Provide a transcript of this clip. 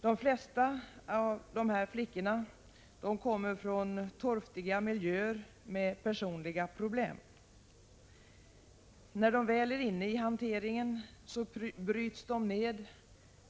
De flesta av dessa flickor kommer från torftiga miljöer och har personliga problem. När de väl är inne i hanteringen bryts de ned